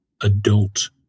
adult